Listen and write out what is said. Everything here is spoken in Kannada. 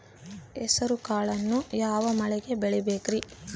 ಹೆಸರುಬೇಳೆಯನ್ನು ಯಾವ ಮಳೆಗೆ ಬೆಳಿಬೇಕ್ರಿ?